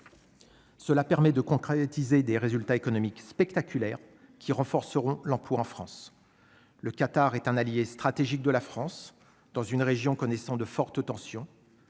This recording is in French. Cela permet de concrétiser des résultats économiques spectaculaires qui renforceront l'emploi en France, le Qatar est un allié stratégique de la France dans une région connaissant de fortes tensions,